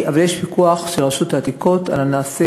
אבל יש פיקוח של רשות העתיקות על הנעשה